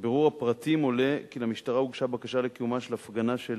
מבירור הפרטים עולה כי למשטרה הוגשה בקשה לקיומה של הפגנה של